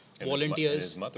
volunteers